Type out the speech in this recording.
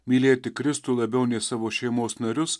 mylėti kristų labiau nei savo šeimos narius